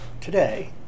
today